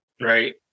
Right